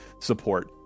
support